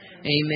Amen